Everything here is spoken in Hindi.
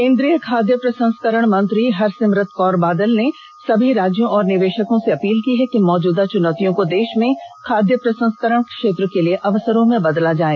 केंद्रीय खाद्य प्रसंस्करण मंत्री हरसिमरत कौर बादल ने सभी राज्यों और निवेशकों से अपील की है कि मौजूदा चुनौतियों को देश में खाद्य प्रसंस्करण क्षेत्र के लिए अवसरों में बदला जाए